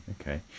Okay